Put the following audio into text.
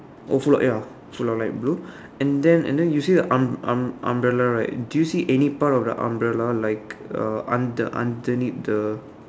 old floor ya floor light blue and then and then you see the um~ um~ umbrella right do you see any part of the umbrella like uh under~ underneath the